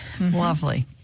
lovely